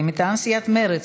מטעם סיעת מרצ,